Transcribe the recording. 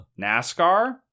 NASCAR